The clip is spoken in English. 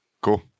Cool